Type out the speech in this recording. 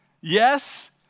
Yes